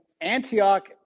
Antioch